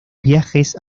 viajes